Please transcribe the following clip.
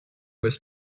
was